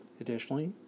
Additionally